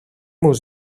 μου